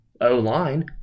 O-line